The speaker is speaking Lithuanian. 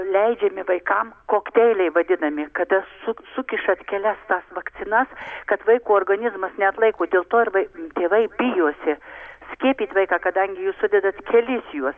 leidžiami vaikam kokteiliai vadinami kada su sukišat kelias tas vakcinas kad vaiko organizmas neatlaiko dėl to ir vai tėvai bijosi skiepyt vaiką kadangi jūs sudedat kelis juos